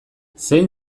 zein